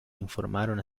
informaron